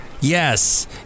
Yes